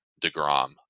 Degrom